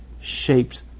shaped